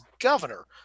governor